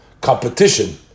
competition